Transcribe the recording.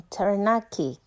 Taranaki